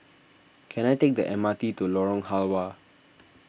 can I take the M R T to Lorong Halwa